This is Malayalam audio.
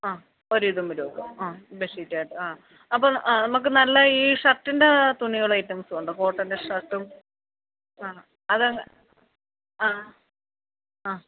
ആ ഒരു ഇതും വരുമോ ആ ബെഡ് ഷീറ്റായിട്ട് ആ അപ്പോള് ആ നമുക്ക് നല്ല ഈ ഷർട്ടിൻ്റെ തുണികള് ഐറ്റംസുണ്ടോ കോട്ടൻ്റെ ഷർട്ടും ആ അതെങ്ങ് ആ ആ